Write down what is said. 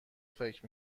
فکر